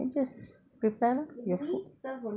then just prepare lor your food